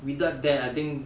without that I think